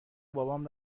بابام